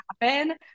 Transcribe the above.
happen